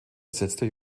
ersetzte